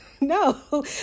no